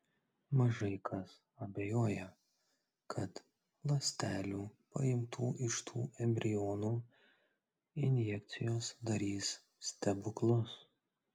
mažai kas abejoja kad ląstelių paimtų iš tų embrionų injekcijos darys stebuklus